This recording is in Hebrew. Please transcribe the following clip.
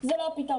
זה לא הפתרון.